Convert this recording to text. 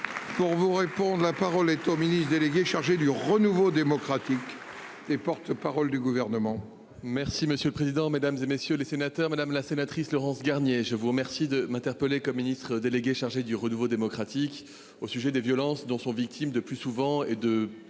Pour vous répondre. La parole est au ministre délégué chargé du renouveau démocratique et porte-parole du gouvernement. Merci monsieur le président, Mesdames, et messieurs les sénateurs, madame la sénatrice Laurence Garnier. Je vous remercie de m'interpeller comme Ministre délégué chargé du renouveau démocratique au sujet des violences dont sont victimes de plus souvent et de plus en